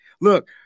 Look